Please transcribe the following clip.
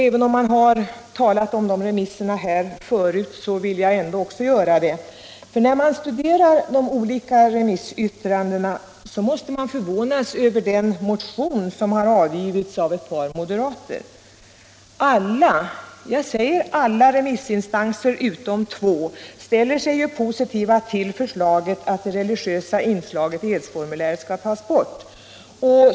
Även om man här tidigare talat om remissyttrandena vill jag också göra det. När man studerar de olika remissyttrandena förvånas man över den motion som avgivits av ett par moderater. Alla remissinstanser utom två är positiva till förslaget att det religiösa inslaget i edsformuläret skall tas bort.